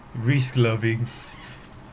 risk loving